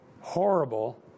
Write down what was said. horrible